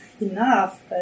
enough